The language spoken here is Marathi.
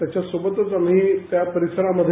याच्या सोबतचा आम्ही त्या परिसरामध्ये